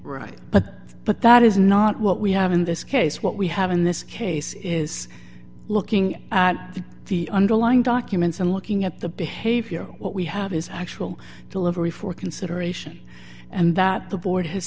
right but but that is not what we have in this case what we have in this case is looking at the underlying documents and looking at the behavior what we have is actual delivery for consideration and that the board has